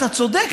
אתה צודק,